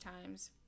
times